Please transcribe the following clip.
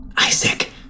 Isaac